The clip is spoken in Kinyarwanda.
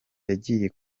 yagiye